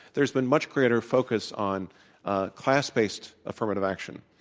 there's been muchgreater focus on class-based affirmative action.